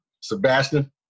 Sebastian